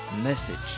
message